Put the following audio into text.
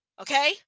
Okay